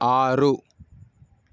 ఆరు